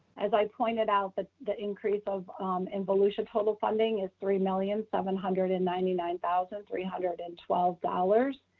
as i pointed out that but the increase of involution total funding is three million seven hundred and ninety nine thousand three hundred and twelve dollars.